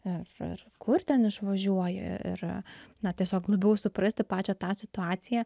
ir ir kur ten išvažiuoja ir na tiesiog labiau suprasti pačią tą situaciją